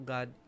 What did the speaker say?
God